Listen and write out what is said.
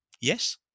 Yes